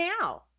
now